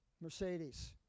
Mercedes